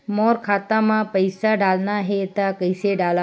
मोर खाता म पईसा डालना हे त कइसे डालव?